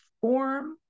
form